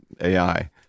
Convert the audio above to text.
AI